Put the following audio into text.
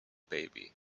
baby